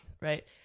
Right